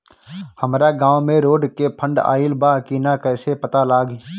हमरा गांव मे रोड के फन्ड आइल बा कि ना कैसे पता लागि?